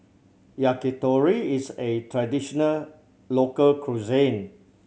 yakitori is A traditional local cuisine